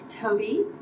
Toby